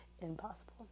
impossible